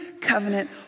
covenant